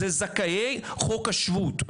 זה זכאי חוק השבות.